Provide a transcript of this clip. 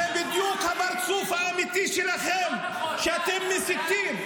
זה בדיוק הפרצוף שלכם, שאתם מסיתים.